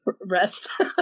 rest